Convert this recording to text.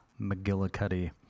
McGillicuddy